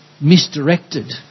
misdirected